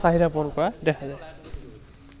চাহিদা পূৰণ কৰা দেখা যায়